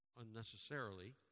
Unnecessarily